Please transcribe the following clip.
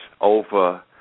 over